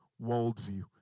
worldview